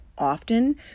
Often